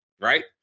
right